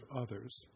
others